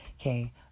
Okay